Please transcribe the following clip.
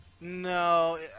No